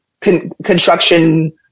construction